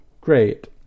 great